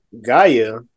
Gaia